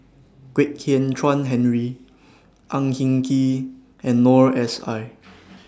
Kwek Hian Chuan Henry Ang Hin Kee and Noor S I